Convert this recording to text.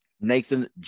Nathan